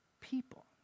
people